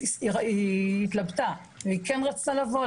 היא התלבטה ואז היא החליטה שהיא כן רוצה לבוא.